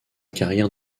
carrière